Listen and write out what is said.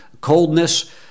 Coldness